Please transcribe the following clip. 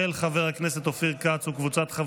לוועדת העבודה והרווחה